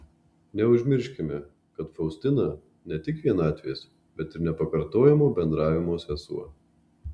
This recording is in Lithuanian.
neužmirškime kad faustina ne tik vienatvės bet ir nepakartojamo bendravimo sesuo